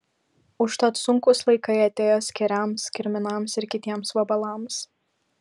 užtat sunkūs laikai atėjo skėriams kirminams ir kitiems vabalams